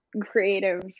creative